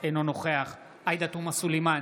אינו נוכח עאידה תומא סלימאן,